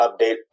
update